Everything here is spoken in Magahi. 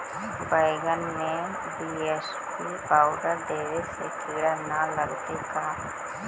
बैगन में बी.ए.सी पाउडर देबे से किड़ा न लगतै का?